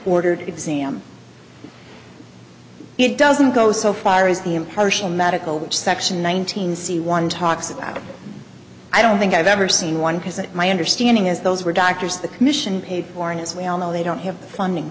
ordered exam it doesn't go so far as the impartial medical section one thousand see one talks about it i don't think i've ever seen one because my understanding is those were doctors the commission paid for and as we all know they don't have funding